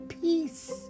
peace